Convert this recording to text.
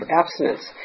abstinence